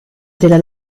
della